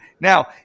Now